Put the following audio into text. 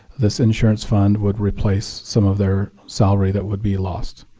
this insurance fund would replace some of their salary that would be lost.